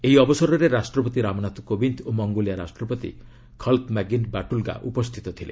ଏହି ଅବସରରେ ରାଷ୍ଟ୍ରପତି ରାମନାଥ କୋବିନ୍ଦ ଓ ମଙ୍ଗୋଲିଆ ରାଷ୍ଟ୍ରପତି ଖଲ୍ତ୍ମାଗିନ୍ ବାଟୁଲ୍ଗା ଉପସ୍ଥିତ ଥିଲେ